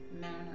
manner